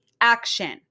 action